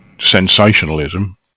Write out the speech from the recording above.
sensationalism